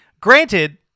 granted